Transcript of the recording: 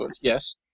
yes